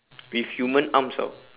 with human arms [tau]